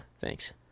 thanks